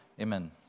amen